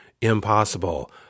impossible